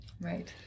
right